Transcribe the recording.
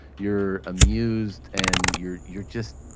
you're amused, and you're you're just,